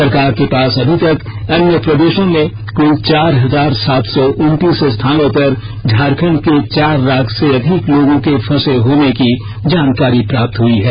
सरकार के पास अभी तक अन्य प्रदेशों में कुल चार हजार सात सौ उनतीस स्थानों पर झारखंड के चार लाख से अधिक लोगों के फंसे होने की जानकारी प्राप्त हुई है